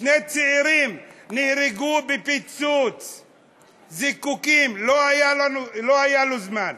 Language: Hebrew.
שני צעירים נהרגו בפיצוץ זיקוקים, לא היה לו זמן.